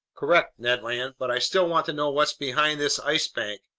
correct, ned land, but i still want to know what's behind this ice bank!